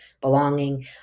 belonging